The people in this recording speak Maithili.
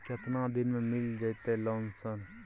केतना दिन में मिल जयते लोन सर?